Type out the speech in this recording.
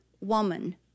woman